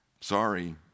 sorry